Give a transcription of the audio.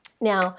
Now